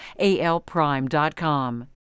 ALPrime.com